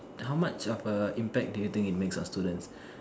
how much of a impact it makes a student